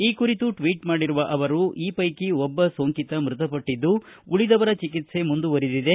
ಈ ಕುರಿತು ಟ್ವೀಟ್ ಮಾಡಿರುವ ಅವರು ಈ ಪೈಕಿ ಒಬ್ಬ ಸೋಂಕಿತ ಮೃತ ಪಟ್ಟದ್ದು ಉಳಿದವರ ಚಿಕಿತ್ಸ ಮುಂದುವರೆದಿದೆ